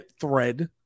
thread